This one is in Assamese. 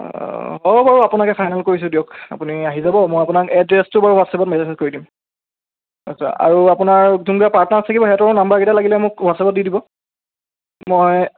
অঁ হ'ব বাৰু আপোনাকে ফাইনেল কৰিছোঁ দিয়ক আপুনি আহি যাব মই আপোনাক এড্ৰেছটো বাৰু হোৱাটছএপত মেচেজ কৰি দিম আচ্ছা আৰু আপোনাৰ যোনকেইটা পাৰ্টনাৰ্ছ থাকিব সিহঁতৰো নাম্বাৰকেইটা লাগিলে মোক হোৱাটছএপত দি দিব মই